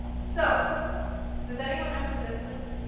so does anyone know who this is?